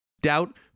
Doubt